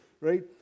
Right